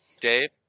Dave